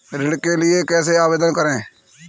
ऋण के लिए कैसे आवेदन करें?